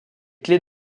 clefs